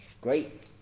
Great